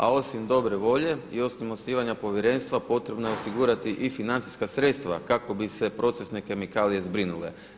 A osim dobre volje i osim osnivanja povjerenstva potrebno je osigurati i financijska sredstva kako bi se procesne kemikalije zbrinule.